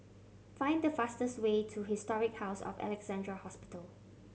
find the fastest way to Historic House of Alexandra Hospital